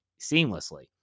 seamlessly